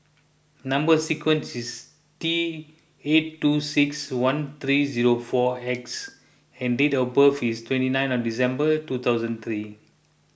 Number Sequence is T eight two six one three zero four X and date of birth is twenty nine on December two thousand three